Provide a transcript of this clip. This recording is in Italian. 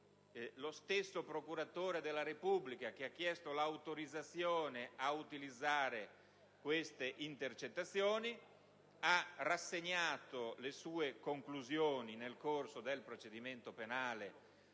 lo stesso procuratore della Repubblica che ha chiesto l'autorizzazione a utilizzare le intercettazioni ha rassegnato le sue conclusioni nel corso del procedimento penale